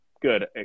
good